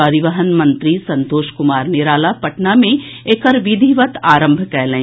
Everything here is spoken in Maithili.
परिवहन मंत्री संतोष कुमार निराला पटना मे एकर विधिवत आरंभ कयलनि